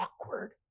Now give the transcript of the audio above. awkward